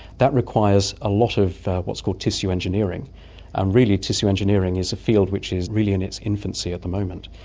that requires a lot of what's called tissue engineering, and really tissue engineering is a field which is really in its infancy at the moment.